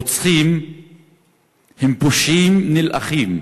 הרוצחים הם פושעים נאלחים